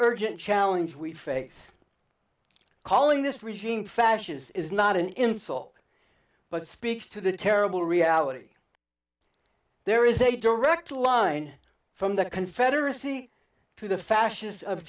urgent challenge we face calling this regime fascist is not an insult but speaks to the terrible reality there is a direct line from the confederacy to the fascists of